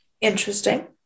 Interesting